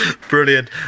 brilliant